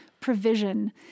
provision